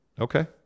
Okay